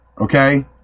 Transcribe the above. Okay